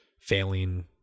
failing